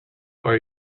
are